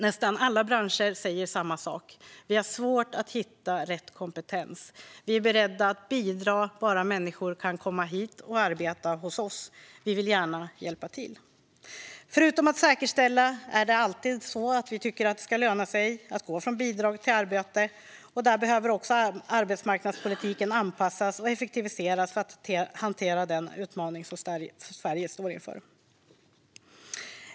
Nästan alla branscher säger samma sak: Vi har svårt att hitta rätt kompetens. Vi är beredda att bidra om bara människor kan komma hit till oss och arbeta. Vi vill gärna hjälpa till. Förutom att säkerställa att det alltid ska löna sig att gå från bidrag till arbete behöver arbetsmarknadspolitiken anpassas och effektiviseras för att hantera den utmaning som Sverige står inför.